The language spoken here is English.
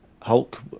Hulk